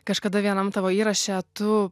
kažkada vienam tavo įraše tu